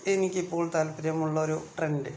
എനിക്കിപ്പോൾ താൽപര്യമുള്ളൊരു ട്രെൻഡ്